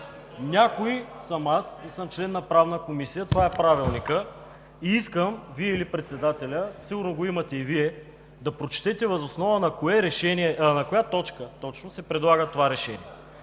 „Някой“ съм аз и съм член на Правната комисия – това е Правилникът, и искам Вие или председателят, сигурно го имате и Вие, да прочетете въз основа на коя точка точно се предлага това решение.